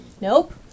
Nope